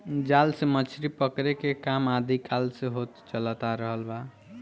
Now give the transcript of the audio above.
जाल से मछरी पकड़े के काम आदि काल से होत चलत आ रहल बा